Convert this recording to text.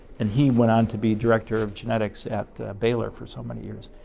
and he went on to be director of genetics at baylor for so many years.